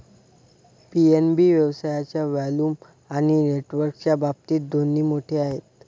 PNB व्यवसायाच्या volume आणि नेटवर्कच्या बाबतीत दोन्ही मोठे आहे